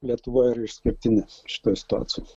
lietuva yra išskirtinė šitoj situacijoj